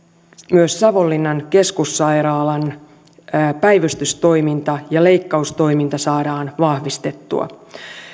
myös savonlinnan keskussairaalan päivystystoiminta ja leikkaustoiminta saadaan vahvistettua